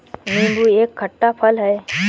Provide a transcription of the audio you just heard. नीबू एक खट्टा फल है